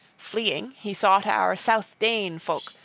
fleeing, he sought our south-dane folk,